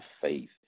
faith